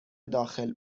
داخل